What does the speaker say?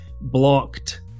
Blocked